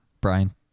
Brian